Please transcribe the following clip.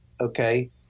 okay